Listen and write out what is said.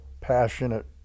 passionate